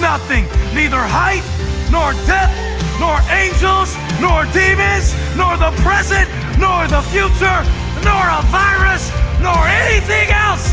nothing! neither height nor depth nor angels nor demons nor the present nor the future nor a ah virus nor anything else